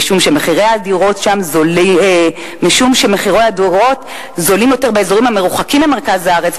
משום שמחירי הדירות זולים יותר באזורים המרוחקים ממרכז הארץ,